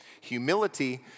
humility